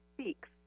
Speaks